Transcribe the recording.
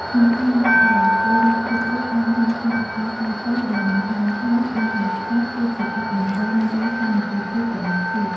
ក្នុងថ្ងៃនោះដែរ ពលរដ្ឋគ្រប់រូប បានរួមគ្នាអបអរសាទរ ដោយបង្ហាញថាព្រះមហាក្សត្រគឺជាអ័ក្សបណ្ដុំនៃសាមគ្គីភាពរបស់ជាតិ។